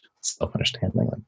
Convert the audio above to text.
self-understanding